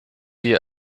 die